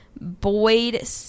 Boyd